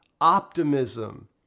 optimism